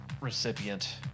recipient